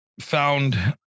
found